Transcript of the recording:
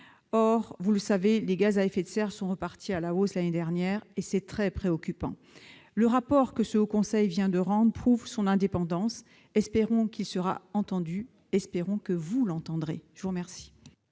Or, vous le savez, les émissions de gaz à effet de serre sont reparties à la hausse l'année dernière. La situation est très préoccupante. Le rapport que le Haut Conseil vient de rendre prouve son indépendance. Espérons qu'il sera entendu, espérons que vous l'entendrez, madame